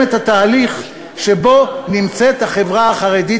את התהליך שבו נמצאת החברה החרדית,